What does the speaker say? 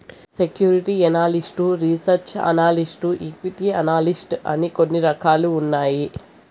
security analyst research analyst equity analyst అని కొన్ని రకాలు ఉన్నాయి